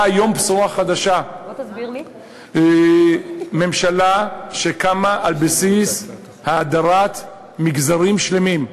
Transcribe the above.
בא יום בשורה חדשה ממשלה שקמה על בסיס הדרת מגזרים שלמים,